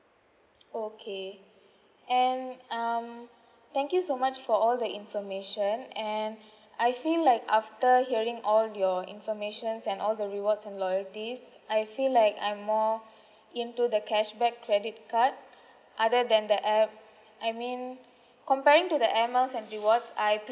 okay and um thank you so much for all the information and I feel like after hearing all your informations and all the rewards and loyalty I feel like I'm more into the cashback credit card other than that air I mean comparing to the air miles and rewards I prefer